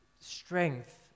Strength